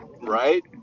right